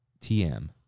TM